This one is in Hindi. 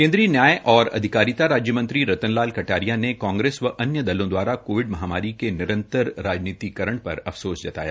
केन्द्रीय न्याय और अधिकारिता राज्य मंत्री रतन लाल कटारिया ने कांग्रेस और अन्य दलों दवारा कोविड महामारी के निरंतर राजनीतिकरण पर अफसोस जताया